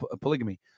polygamy